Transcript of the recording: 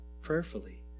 prayerfully